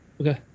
okay